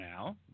now